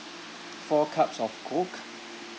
four cups of coke